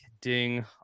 ding